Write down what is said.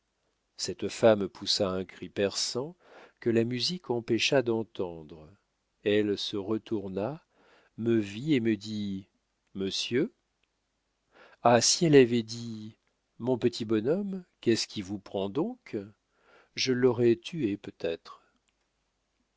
cette femme poussa un cri perçant que la musique empêcha d'entendre elle se retourna me vit et me dit monsieur ah si elle avait dit mon petit bonhomme qu'est-ce qui vous prend donc je l'aurais tuée peut-être